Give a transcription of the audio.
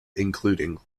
including